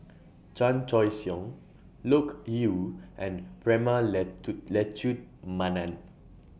Chan Choy Siong Loke Yew and Prema Letchumanan